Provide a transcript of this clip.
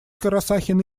карасахин